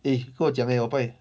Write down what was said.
eh 跟我讲 leh 我帮你